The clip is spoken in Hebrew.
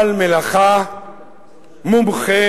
בעל מלאכה מומחה,